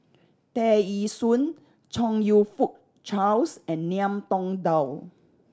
Tear Ee Soon Chong You Fook Charles and Ngiam Tong Dow